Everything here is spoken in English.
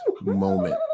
moment